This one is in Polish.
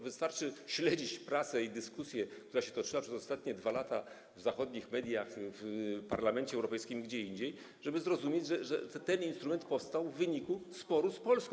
Wystarczy śledzić prasę i dyskusję, która się toczyła przez ostatnie 2 lata w zachodnich mediach, w Parlamencie Europejskim i gdzie indziej, żeby zrozumieć, że ten instrument powstał w wyniku sporu z Polską.